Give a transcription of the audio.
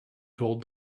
told